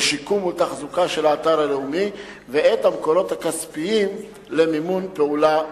לשיקום ולתחזוקה של האתר הלאומי ואת המקורות הכספיים למימון פעולה זו.